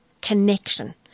connection